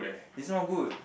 is not good